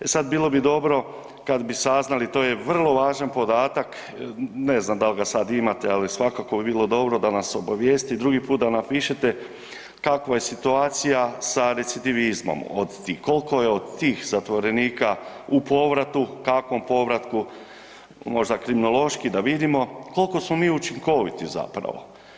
E sad, bilo bi dobro kad bi saznali, to je vrlo važan podatak, ne znam dal ga sad imate, ali svakako bi bilo dobro da nas obavijesti, drugi put da napišete kakva je situacija sa recidivizmom od tih, kolko je od tih zatvorenika u povratu, kakvom povratku, možda kriminološki da vidimo kolko smo mi učinkoviti zapravo.